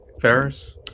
Ferris